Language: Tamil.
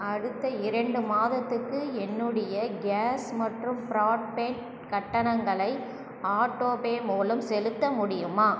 அடுத்த இரண்டு மாதத்துக்கு என்னுடைய கேஸ் மற்றும் பிராட்பேண்ட் கட்டணங்களை ஆட்டோபே மூலம் செலுத்த முடியுமா